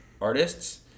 artists